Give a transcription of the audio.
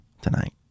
tonight